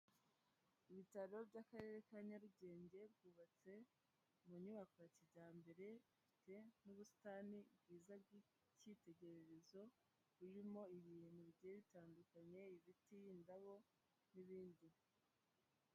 Ibitaro by'Akarere ka Nyarugenge byubatse mu nyubako ya kijyambere bifite n'ubusitani bwiza bw'icyitegererezo, burimo ibintu bigiye bitandukanye ibirimo ibiti, indabo n'ibindi.